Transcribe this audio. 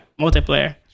multiplayer